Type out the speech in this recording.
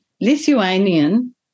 Lithuanian